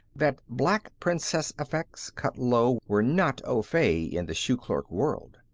that black princess effects, cut low, were not au fait in the shoe-clerk world.